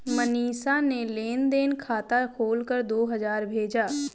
मनीषा ने लेन देन खाता खोलकर दो हजार भेजा